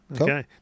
Okay